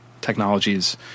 technologies